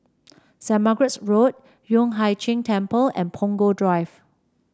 Saint Margaret's Road Yueh Hai Ching Temple and Punggol Drive